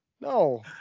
No